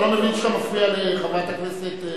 אתה לא מבין שאתה מפריע לחברת הכנסת,